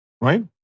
Right